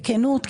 בכנות,